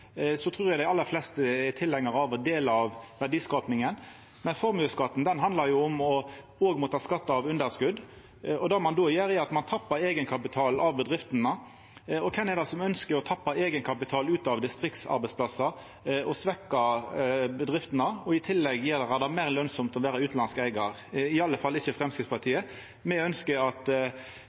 trur eg dei aller fleste er tilhengjarar av å dela av verdiskapinga, men formuesskatten handlar jo om òg å måtta skatta av underskot. Det ein då gjer, er at ein tappar eigenkapital frå bedriftene. Kven ønskjer å tappa eigenkapital ut av distriktsarbeidsplassar og svekkja bedriftene og i tillegg gjera det meir lønsamt å vera utanlandsk eigar? I alle fall ikkje Framstegspartiet – me ønskjer at